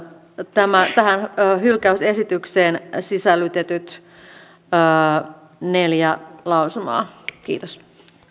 tähän hylkäysesitykseen sisällytetyt neljä lausumaa kiitos